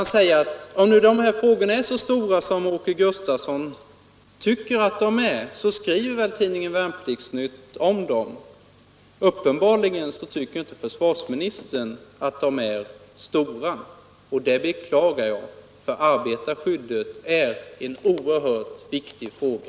Han sade: Om nu de här frågorna är så stora som Åke Gustavsson tycker att de är, så skriver väl tidningen Värnplikts-Nytt om dem. Uppenbarligen tycker inte försvarsministern att de är stora, och det beklagar jag. Arbetarskyddet är en oerhört viktig fråga.